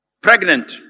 pregnant